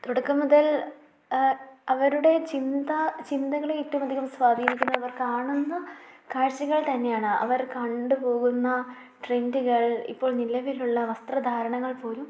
തുടക്കം മുതൽ അവരുടെ ചിന്ത ചിന്തകളെ ഏറ്റവും അധികം സ്വാധീനിക്കുന്നത് അവർ കാണുന്ന കാഴ്ച്ചകൾ തന്നെയാണ് അവർ കണ്ടുപോകുന്ന ട്രെൻഡുകൾ ഇപ്പോൾ നിലവിലുള്ള വസ്ത്രധാരണകൾ പോലും